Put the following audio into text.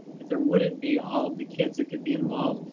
that there wouldn't be all the kids that could be involved.